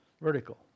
vertical